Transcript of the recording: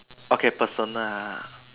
okay personal ah